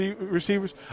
receivers